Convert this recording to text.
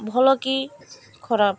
ଭଲ କି ଖରାପ